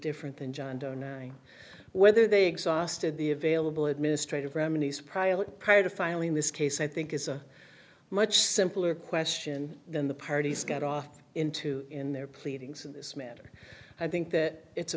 different than john doe nine whether they exhausted the available administrative remedies prialt prior to filing this case i think is a much simpler question than the parties got off into in their pleadings in this matter i think that it's a